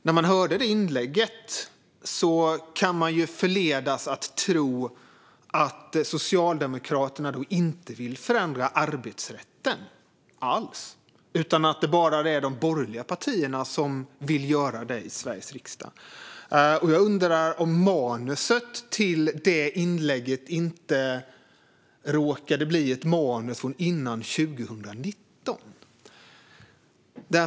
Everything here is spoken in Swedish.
När man hörde inlägget kunde man ju förledas att tro att Socialdemokraterna inte vill förändra arbetsrätten alls utan att det bara är de borgerliga partierna i Sveriges riksdag som vill göra det. Jag undrar om inte manuset till inlägget råkade vara ett manus från före 2019.